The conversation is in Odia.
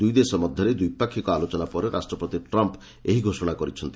ଦୁଇ ଦେଶ ମଧ୍ୟରେ ଦ୍ୱିପାକ୍ଷିକ ଆଲୋଚନା ପରେ ରାଷ୍ଟ୍ରପତି ଟ୍ରମ୍ପ୍ ଏହି ଘୋଷଣା କରିଛନ୍ତି